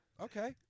Okay